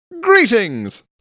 greetings